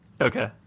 okay